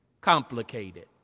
complicated